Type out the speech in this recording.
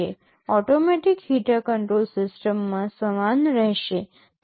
automatic heater control સિસ્ટમમાં સમાન રહેશે